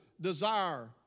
desire